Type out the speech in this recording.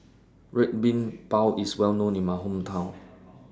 Red Bean Bao IS Well known in My Hometown